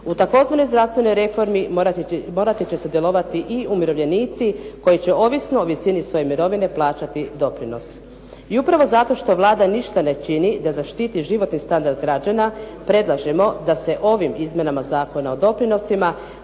U tzv. zdravstvenoj reformi morati će sudjelovati i umirovljenici koji će ovisno o visini svoje mirovine plaćati doprinos. I upravo zato što Vlada ništa ne čini da zaštiti životni standard građana predlažemo da se ovim izmjenama Zakona o doprinosima